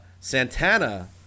Santana